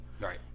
Right